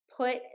put